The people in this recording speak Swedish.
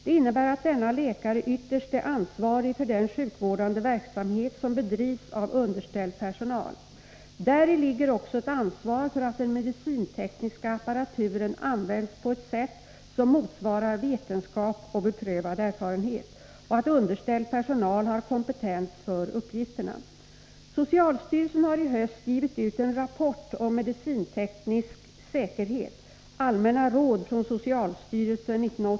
Det innebär att denna läkare ytterst är ansvarig för den sjukvårdande verksamhet som bedrivs av underställd personal. Däri ligger också ett ansvar för att den medicintekniska apparaturen används på ett sätt som motsvarar ”vetenskap och beprövad erfarenhet” och att underställd personal har kompetens för uppgifterna. Socialstyrelsen har i höst givit ut en rapport om medicinteknisk säkerhet .